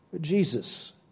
Jesus